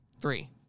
three